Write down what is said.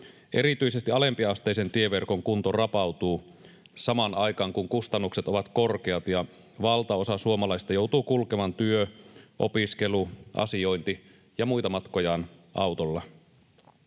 Erityisesti alempiasteisen tieverkon kunto rapautuu samaan aikaan, kun kustannukset ovat korkeat ja valtaosa suomalaisista joutuu kulkemaan työ-, opiskelu-, asiointi- ja muita matkojaan autolla.